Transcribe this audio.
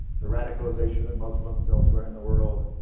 the radicalization of muslims elsewhere in the world,